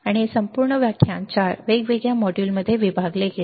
आणि हे संपूर्ण व्याख्यान 4 वेगवेगळ्या मॉड्यूलमध्ये विभागले गेले